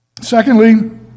Secondly